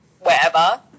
wherever